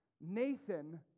Nathan